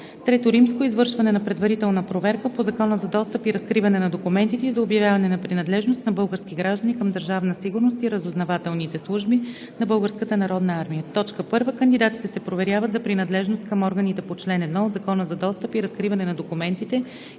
лицата. III. Извършване на предварителна проверка по Закона за достъп и разкриване на документите и за обявяване на принадлежност на български граждани към Държавна сигурност и разузнавателните служби на Българската народна армия. 1. Кандидатите се проверяват за принадлежност към органите по чл. 1 от Закона за достъп и разкриване на документите